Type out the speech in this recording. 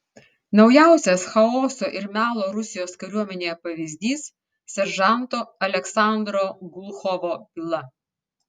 naujausias chaoso ir melo rusijos kariuomenėje pavyzdys seržanto aleksandro gluchovo byla